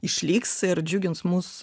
išliks ir džiugins mus